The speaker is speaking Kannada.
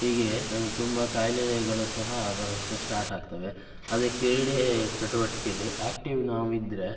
ಹೀಗೆ ನಮಗೆ ತುಂಬ ಖಾಯಿಲೆಗಳು ಸಹ ಬರೋದಕ್ಕೆ ಸ್ಟಾರ್ಟ್ ಆಗ್ತವೆ ಅದೇ ಕ್ರೀಡೆ ಚಟುವಟಿಕೇಲಿ ಆ್ಯಕ್ಟಿವ್ ನಾವು ಇದ್ದರೆ